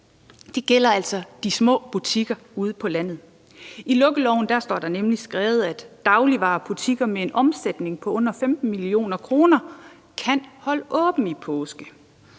Det gælder altså de små butikker ude på landet. I lukkeloven står der nemlig skrevet, at dagligvarebutikker med en omsætning på under 15 mio. kr. kan holde åbent i påsken.